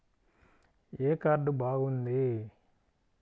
ఏ card బాగుంది?